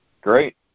Great